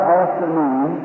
afternoon